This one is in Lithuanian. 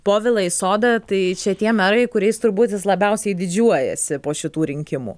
povilą isodą tai čia tie merai kuriais turbūt labiausiai didžiuojasi po šitų rinkimų